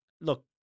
Look